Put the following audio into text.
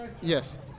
Yes